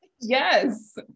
Yes